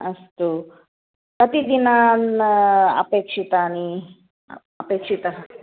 अस्तु कति दिनानि अपेक्षितानि अपेक्षितः